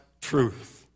truth